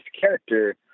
character